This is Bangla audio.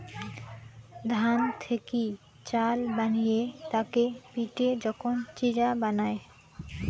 ধান থেকি চাল বানিয়ে তাকে পিটে যখন চিড়া বানায়